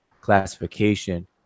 classification